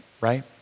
right